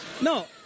No